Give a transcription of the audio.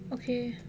okay